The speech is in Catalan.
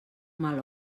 mal